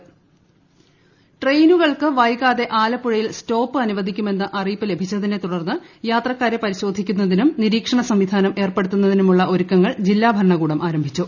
train Alappuzha ട്രെയിനുകൾക്ക് വൈകാതെ ആലപ്പുഴയിൽ സ്റ്റോപ്പ് അനുവദിക്കുമെന്ന അറിയിപ്പ് ലഭിച്ചതിനെത്തുടർന്ന് യാത്രക്കാരെ പരിശോധിക്കുന്നതിനും നിരീക്ഷണ സംവിധാനം ഏർപ്പെടുത്തുന്നതിനുമുള്ള ഒരുക്കങ്ങൾ ജില്ലാ ഭരണകൂടം ആരംഭിച്ചു